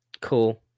Cool